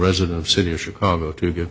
resident of city of chicago to give